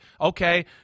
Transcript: okay